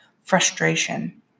frustration